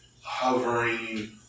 Hovering